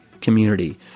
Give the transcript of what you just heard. community